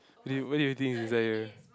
what do you what do you think is inside here